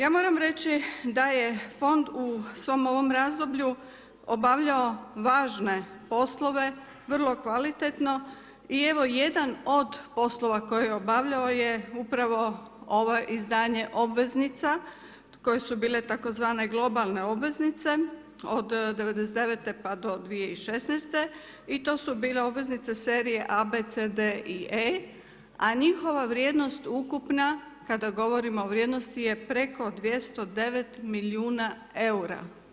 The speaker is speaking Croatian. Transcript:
Ja moram reći da je fond u svom ovom razdoblju obavljao važne poslove vrlo kvalitetno i evo jedan poslova koji obavljao je upravo ovo izdanje obveznica koje su bile tzv. globalne obveznice od '99. pa do 2016. i to su bile obveznice serije A, B, C, D i E, a njihova vrijednost ukupna kada govorimo o vrijednosti je preko 209 milijuna eura.